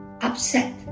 upset